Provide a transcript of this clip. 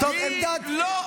--- בושה וחרפה.